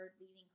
leading